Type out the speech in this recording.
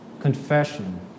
confession